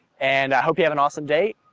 and i hope you have an awesome day.